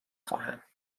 خواهم